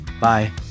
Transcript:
Bye